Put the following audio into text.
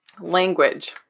Language